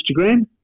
Instagram